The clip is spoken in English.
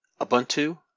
Ubuntu